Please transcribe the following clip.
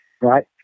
right